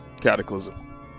Cataclysm